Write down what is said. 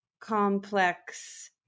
complex